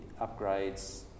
upgrades